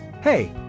Hey